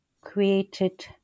created